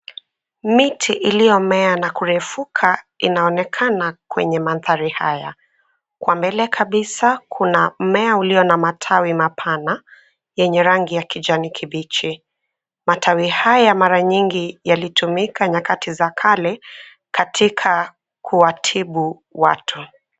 Miti iliyomea na kurefuka inaonekana kwenye manthari haya. Kwa mbele kabisa kuna mmea ulio na matawi mapana yeney rangi ya kijani kibichi. Matawi haya mara nyingi yalitumika nyakati za kale katika kuwatibu watu.